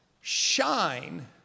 shine